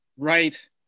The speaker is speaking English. Right